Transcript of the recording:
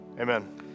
Amen